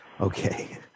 Okay